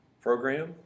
program